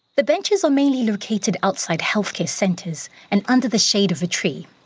the benches are mainly located outside healthcare centres and under the shade of a tree.